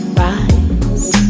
rise